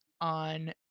on